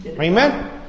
Amen